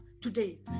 today